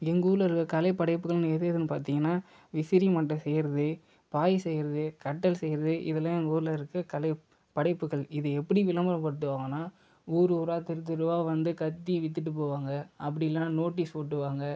எங்கள் ஊரில் இருக்க கலைப்படைப்புகள்னு எது எதுனுப் பார்த்திங்கனா விசிறிமட்டை செய்கிறது பாய் செய்கிறது கட்டில் செய்கிறது இதெலாம் எங்கள் ஊரில் இருக்கற கலைப்படைப்புகள் இது எப்படி விளம்பரப்படுத்துவாங்கனா ஊரூராக தெருத்தெருவாக வந்து கத்தி விற்றுட்டுப்போவாங்க அப்படி இல்லைனா நோட்டீஸ் ஓட்டுவாங்க